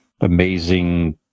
amazing